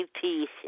peace